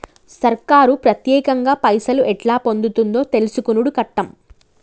సర్కారు పత్యేకంగా పైసలు ఎట్లా పొందుతుందో తెలుసుకునుడు కట్టం